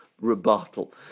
rebuttal